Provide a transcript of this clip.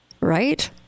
Right